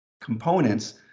components